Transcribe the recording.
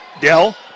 Dell